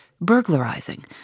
burglarizing